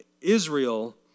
Israel